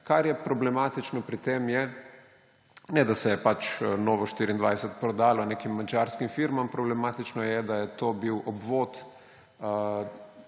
Kar je problematično pri tem, je, ne da se je Novo24 prodalo nekim madžarskim firmam, problematično je, da je to bil obvod